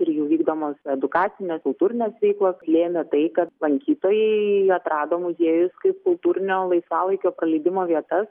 ir jų vykdomos edukacinės kultūrinės veiklos lėmė tai kad lankytojai atrado muziejus kaip kultūrinio laisvalaikio praleidimo vietas